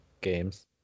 games